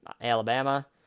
Alabama